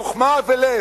חוכמה, ולב.